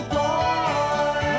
boy